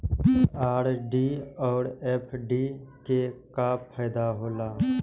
RD और FD के का फायदा हौला?